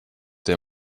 der